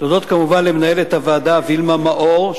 אני רוצה להודות כמובן למנהלת הוועדה וילמה מאור,